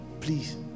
Please